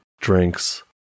drinks